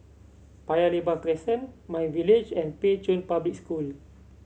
Paya Lebar Crescent MyVillage and Pei Chun Public School